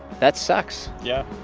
that sucks yeah